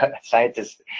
scientists